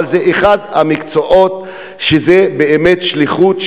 אבל זה אחד המקצועות שהוא באמת שליחות.